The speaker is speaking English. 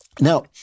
Now